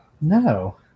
No